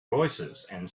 voicesand